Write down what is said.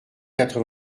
quatre